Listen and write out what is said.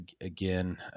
again